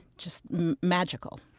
just magical